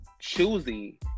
choosy